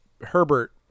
Herbert